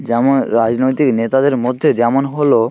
যেমন রাজনৈতিক নেতাদের মধ্যে যেমন হলো